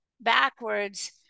backwards